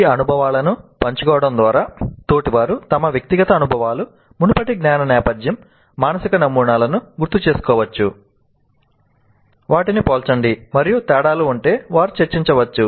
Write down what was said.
ఈ అనుభవాలను పంచుకోవడం ద్వారా తోటివారు తమ వ్యక్తిగత అనుభవాలు మునుపటి జ్ఞాన నేపథ్యం మానసిక నమూనాలను గుర్తు చేసుకోవచ్చు వాటిని పోల్చండి మరియు తేడాలు ఉంటే వారు చర్చించవచ్చు